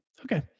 Okay